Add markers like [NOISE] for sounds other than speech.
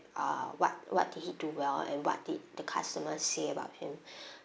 ah what what did he do well and what did the customers say about him [BREATH]